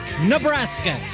Nebraska